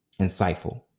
insightful